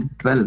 12